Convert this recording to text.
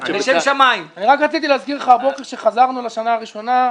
רציתי להזכיר לך הבוקר שחזרנו לשנה הראשונה,